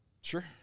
Sure